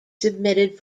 submitted